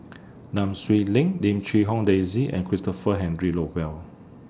Nam Swee Leng Lim Quee Hong Daisy and Christopher Henry Rothwell